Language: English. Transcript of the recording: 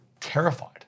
Terrified